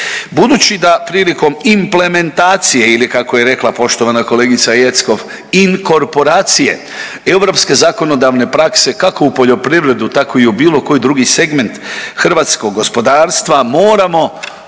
Budući da prilikom implementacije ili kako je rekla poštovana kolegica Jeckov inkorporacije europske zakonodavne prakse kako u poljoprivrednu tako i u bilo koji drugi segment hrvatskog gospodarstva moramo